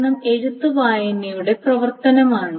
കാരണം എഴുത്ത് വായനയുടെ പ്രവർത്തനമാണ്